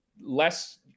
less